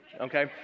okay